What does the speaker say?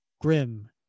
grim